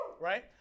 right